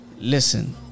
Listen